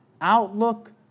outlook